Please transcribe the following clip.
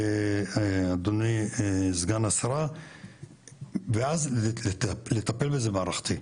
אדוני סגן השרה ואז לטפל בזה מערכתי,